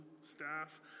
staff